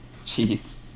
Jeez